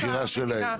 זאת בחירה שלהם.